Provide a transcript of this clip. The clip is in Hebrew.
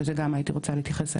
ולזה גם הייתי רוצה להתייחס.